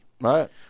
Right